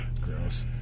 Gross